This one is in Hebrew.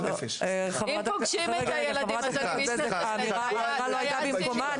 חברת הכנסת בזק, ההערה לא הייתה במקומה.